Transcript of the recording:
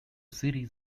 series